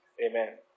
Amen